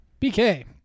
BK